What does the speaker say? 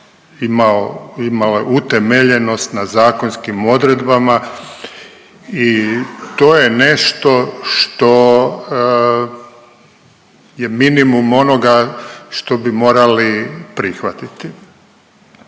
imale utemeljenost na zakonskim odredbama i to je nešto što je minimum onoga što bi morali prihvatiti.